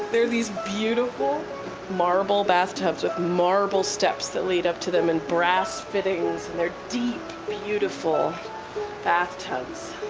they're these beautiful marble bathtubs with marble steps that lead up to them and brass fittings and they're deep beautiful bathtubs.